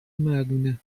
مردونه